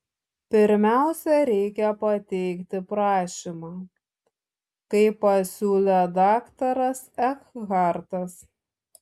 pirmiausia reikia pateikti prašymą kaip pasiūlė daktaras ekhartas